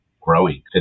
growing